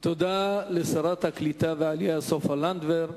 תודה לשרה לקליטת העלייה סופה לנדבר.